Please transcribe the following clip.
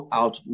out